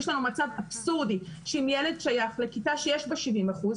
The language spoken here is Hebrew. יש לנו מצב אבסורדי שאם ילד שייך לכיתה שיש בה 70 אחוזים,